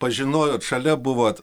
pažinojot šalia buvot